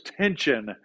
tension